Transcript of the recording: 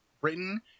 Britain